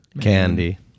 candy